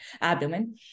abdomen